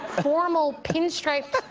formal, pinstriped